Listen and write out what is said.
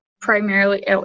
primarily